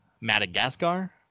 Madagascar